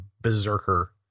berserker